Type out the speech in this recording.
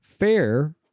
fair